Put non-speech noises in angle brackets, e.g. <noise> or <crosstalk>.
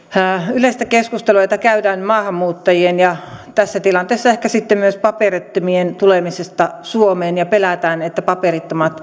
yleistä keskustelua jota käydään maahanmuuttajien ja tässä tilanteessa ehkä sitten myös paperittomien tulemisesta suomeen ja pelätään että paperittomat <unintelligible>